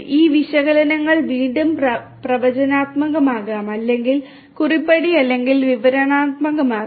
ഈ വിശകലനങ്ങൾ വീണ്ടും പ്രവചനാത്മകമാകാം അല്ലെങ്കിൽ കുറിപ്പടി അല്ലെങ്കിൽ വിവരണാത്മകമാകാം